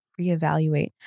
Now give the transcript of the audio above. reevaluate